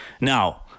Now